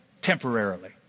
Temporarily